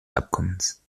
abkommens